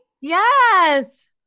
Yes